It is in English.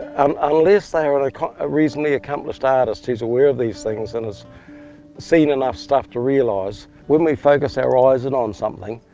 um unless they're like ah a reasonably accomplished artist who's aware of these things, and has seen enough stuff to realize when we focus our eyes in on something,